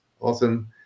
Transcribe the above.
Awesome